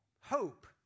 hope